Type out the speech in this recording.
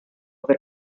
aver